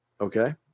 Okay